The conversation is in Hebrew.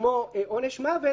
כמו עונש מוות